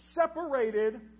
separated